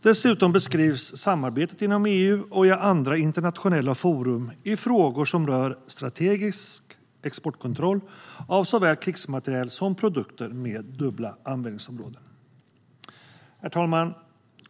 Dessutom beskrivs samarbetet inom EU och i andra internationella forum i frågor som rör strategisk exportkontroll av såväl krigsmateriel som produkter med dubbla användningsområden. Herr talman!